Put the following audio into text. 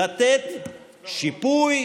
לתת שיפוי,